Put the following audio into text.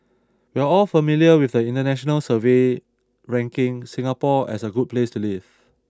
we're all familiar with the international survey ranking Singapore as a good place to live